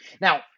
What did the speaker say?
Now